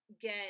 get